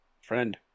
Friend